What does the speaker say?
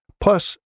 Plus